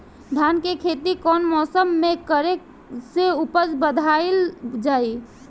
धान के खेती कौन मौसम में करे से उपज बढ़ाईल जाई?